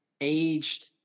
aged